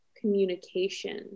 communication